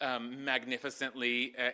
Magnificently